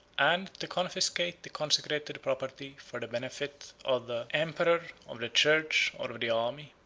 and to confiscate the consecrated property for the benefit of the emperor, of the church, or of the army.